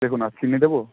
দেখুন আর চিনি দেবো